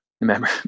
Remember